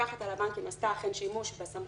המפקחת על הבנקים עשתה אכן שימוש בסמכות